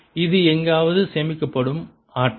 இது எங்காவது சேமிக்கப்படும் ஆற்றல்